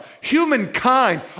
Humankind